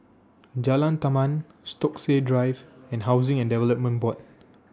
Jalan Taman Stokesay Drive and Housing and Development Board